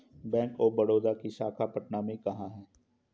Bank of Baroda की शाखा पटना में कहाँ है?